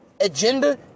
agenda